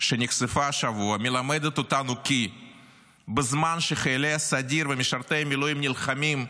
שנחשפה השבוע מלמדת אותנו כי בזמן שחיילי הסדיר ומשרתי מילואים נלחמים,